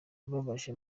ubabaje